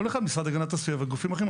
כל אחד, המשרד להגנת הסביבה וגופים אחרים.